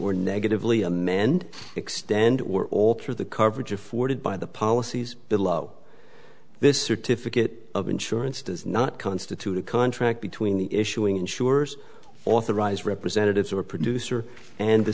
or negatively a man and extend or alter the coverage afforded by the policies below this certificate of insurance does not constitute a contract between the issuing insurers authorized representatives or a producer and the